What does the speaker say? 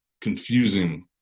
confusing